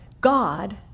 God